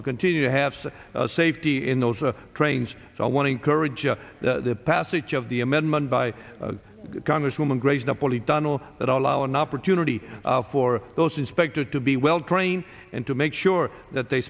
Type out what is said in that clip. to continue to have some safety in those trains so i want to encourage a passage of the amendment by congresswoman grace the polytunnel that allow an opportunity for those inspectors to be well trained and to make sure that they